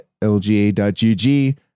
lga.gg